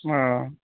ہاں